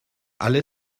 alle